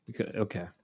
Okay